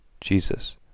Jesus